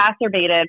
exacerbated